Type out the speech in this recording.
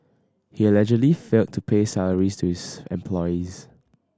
he allegedly failed to pay salaries to his employees